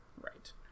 right